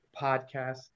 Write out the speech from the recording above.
podcast